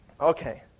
Okay